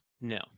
No